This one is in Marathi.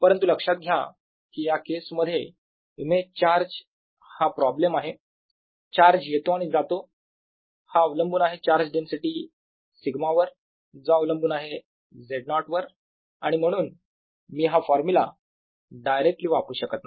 परंतु लक्षात घ्या की या केस मध्ये इमेज चार्ज हा प्रॉब्लेम आहे चार्ज येतो आणि जातो हा अवलंबून आहे चार्ज डेन्सिटी 𝞼 वर जो अवलंबून आहे Z0 वर आणि म्हणून मी हा फॉर्म्युला डायरेक्टली वापरू शकत नाही